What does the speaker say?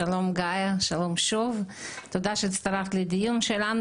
שלום גאיה, תודה שהצטרפת לדיון שלנו.